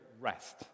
rest